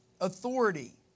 authority